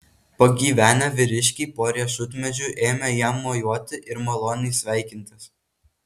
pagyvenę vyriškiai po riešutmedžiu ėmė jam mojuoti ir maloniai sveikintis